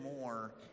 more